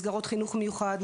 מסגרות חינוך מיוחד,